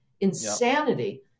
insanity